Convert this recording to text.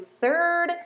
third